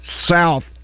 south